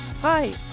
Hi